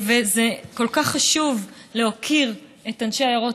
וזה כל כך חשוב להוקיר את אנשי עיירות